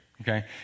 okay